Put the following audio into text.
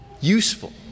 useful